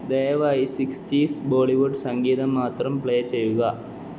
ദയവായി സിക്സ്റ്റീസ് ബോളിവുഡ് സംഗീതം മാത്രം പ്ലേ ചെയ്യുക